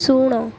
ଶୁଣ